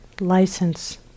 license